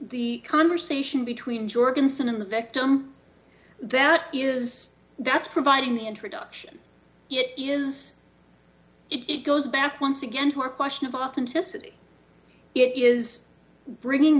the conversation between jorgensen and the victim that is that's providing the introduction it is it goes back once again to our question of authenticity it is bringing